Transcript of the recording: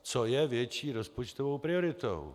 Co je větší rozpočtovou prioritou?